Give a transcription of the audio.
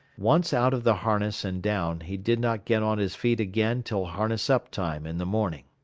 once out of the harness and down, he did not get on his feet again till harness-up time in the morning.